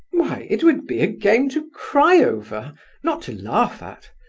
why, it would be a game to cry over not to laugh at!